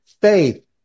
faith